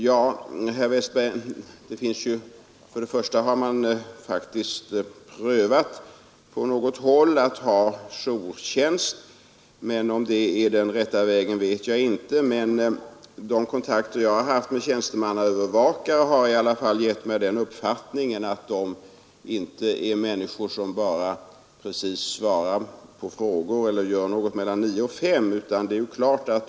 Ja, herr Westberg, för det första har man faktiskt på något håll prövat att ha jourtjänst. Om det är den rätta vägen, vet jag inte. Men de kontakter jag haft med tjänstemannaövervakare har i alla fall givit mig den uppfattningen att de inte är människor, som bara svarar på frågor och arbetar mellan nio och fem.